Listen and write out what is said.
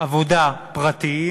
עבודה פרטיים.